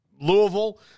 Louisville